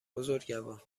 بزرگوار